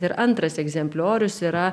ir antras egzempliorius yra